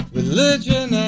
religion